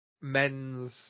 Men's